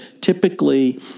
typically